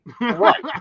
Right